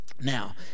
Now